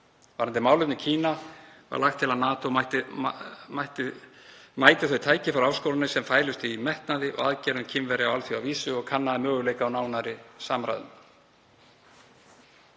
Varðandi málefni Kína var lagt til að NATO mæti þau tækifæri og áskoranir sem fælust í metnaði og aðgerðum Kínverja á alþjóðavísu og kannaði möguleika á nánari samræðum.